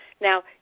Now